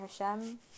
Hashem